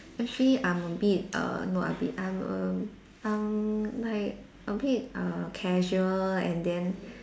actually I'm a bit uh not a bit I'm a like a bit uh casual and then